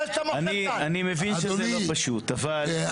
אדוני,